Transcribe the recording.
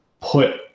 put